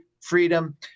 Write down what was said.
freedom